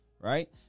right